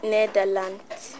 Netherlands